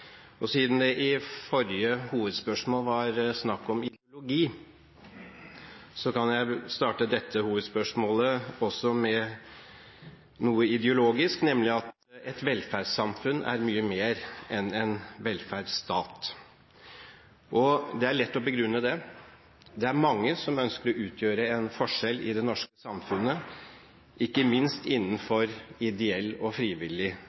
Siden det i forrige hovedspørsmål var snakk om ideologi, kan jeg også starte dette hovedspørsmålet med noe ideologisk, nemlig at et velferdssamfunn er mye mer enn en velferdsstat. Det er lett å begrunne det. Det er mange som ønsker å utgjøre en forskjell i det norske samfunnet, ikke minst innenfor ideell og frivillig